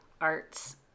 arts